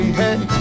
hey